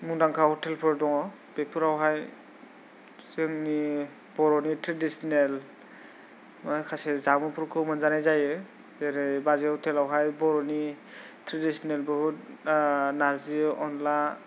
मुंदांखा हटेलफोर दङ बेफोरावहाय जोंनि बर'नि ट्रेडिसिनेल माखासे जामुंफोरखौ मोनजानाय जायो जेरै बाजै हटेलावहाय बर'नि ट्रेडिसिनेल बहुथ नारजि अनला